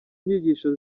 nyigisho